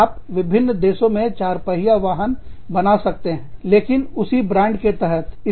आप विभिन्न देशों में चार पहिया वाहन बना सकते हैं लेकिन उसी ब्रांड के तहत